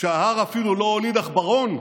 כשההר אפילו לא הוליד עכברון,